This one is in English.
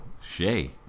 shay